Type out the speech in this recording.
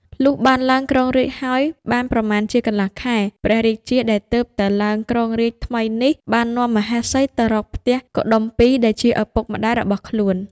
លុះបានឡើងគ្រងរាជ្យហើយ បានប្រមាណជាកន្លះខែ ព្រះរាជាដែលទើបតែឡើងគ្រងរាជ្យថ្មីនេះ បាននាំមហេសីទៅរកផ្ទះកុដុម្ពីដែលជាឪពុកម្ដាយរបស់ខ្លួន។